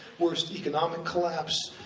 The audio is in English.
worst economic collapse,